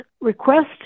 request